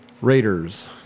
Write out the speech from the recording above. Raiders